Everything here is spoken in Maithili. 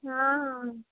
हँ हँ